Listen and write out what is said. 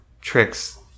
tricks